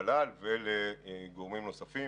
ולגורמים נוספים